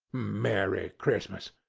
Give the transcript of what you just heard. merry christmas!